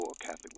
Catholic